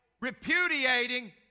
Repudiating